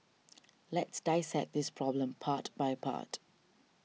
let's dissect this problem part by part